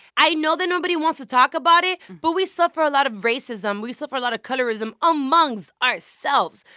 i know that nobody wants to talk about it, but we suffer a lot of racism, we suffer a lot of colorism amongst ourselves.